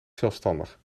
zelfstandig